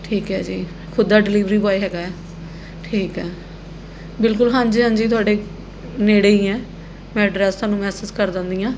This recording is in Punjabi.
ਠੀਕ ਹੈ ਜੀ ਖ਼ੁਦ ਦਾ ਡਿਲਵਰੀ ਬੋਆਏ ਹੈਗਾ ਠੀਕ ਹੈ ਬਿਲਕੁਲ ਹਾਂਜੀ ਹਾਂਜੀ ਤੁਹਾਡੇ ਨੇੜੇ ਹੀ ਹੈ ਮੈਂ ਐਡਰੈਸ ਤੁਹਾਨੂੰ ਮੈਸਿਜ਼ ਕਰ ਦਿੰਦੀ ਹਾਂ